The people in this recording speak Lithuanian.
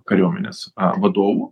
kariuomenės vadovu